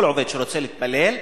כל עובד שרוצה להתפלל,